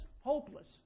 hopeless